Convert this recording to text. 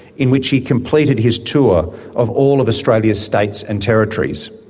in which he completed his tour of all of australia's states and territories.